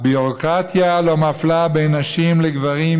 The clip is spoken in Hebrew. הביורוקרטיה לא מפלה בין נשים לגברים,